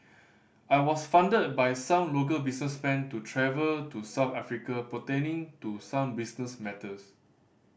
I was funded by some local businessmen to travel to South Africa pertaining to some business matters